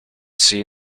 see